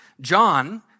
John